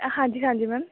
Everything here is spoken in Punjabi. ਹਾਂਜੀ ਹਾਂਜੀ ਮੈਮ